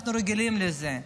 אנחנו רגילים לזה,